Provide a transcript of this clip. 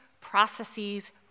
processes